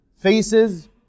faces